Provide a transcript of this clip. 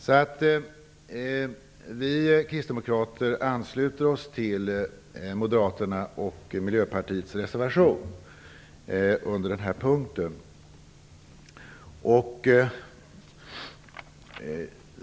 Vi kristdemokrater ansluter oss till Moderaternas och Miljöpartiets reservation under denna punkt.